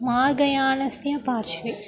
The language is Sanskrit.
मार्गयानस्य पार्श्वे